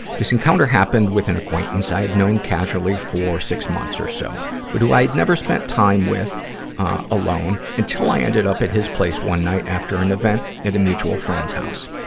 this encounter happened with an acquaintance i had known casually for six months or so, but who i'd never spent time with alone until i ended at his place one night after an event at a mutual friend's house.